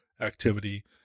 activity